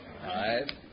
five